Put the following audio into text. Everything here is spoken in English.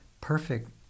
perfect